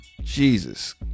Jesus